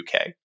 UK